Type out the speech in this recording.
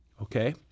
okay